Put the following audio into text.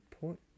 point